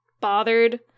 bothered